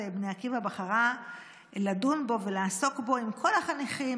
בני עקיבא בחרה לדון בו ולעסוק בו עם כל החניכים,